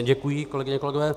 Děkuji, kolegyně a kolegové.